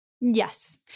Yes